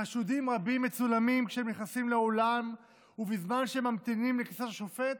חשודים רבים מצולמים כשהם נכנסים לאולם ובזמן שהם ממתינים לכניסת השופט.